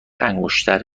انگشتر